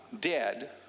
dead